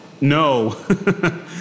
No